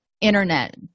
Internet